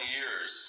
years